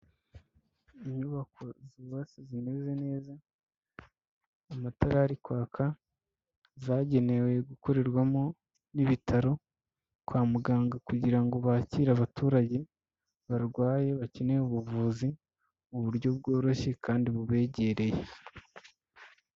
Inyubako zubatse zimeze neza amatara ari kwaka zagenewe gukorerwamo n'ibitaro kwa muganga kugira ngo bakire abaturage barwaye bakeneye ubuvuzi mu buryo bworoshye kandi bubegereye.